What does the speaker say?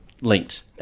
linked